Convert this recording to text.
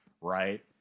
right